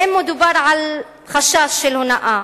ואם מדובר על חשש של הונאה,